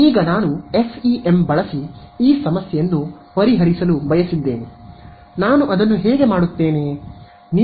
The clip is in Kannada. ಈಗ ನಾನು FEM ಬಳಸಿ ಈ ಸಮಸ್ಯೆಯನ್ನು ಪರಿಹರಿಸಲು ಬಯಸಿದ್ದೇನೆ ನಾನು ಅದನ್ನು ಹೇಗೆ ಮಾಡುತ್ತೇನೆ